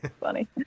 funny